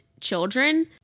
children